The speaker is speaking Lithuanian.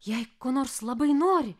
jei ko nors labai nori